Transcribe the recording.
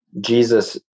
Jesus